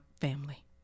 family